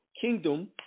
kingdom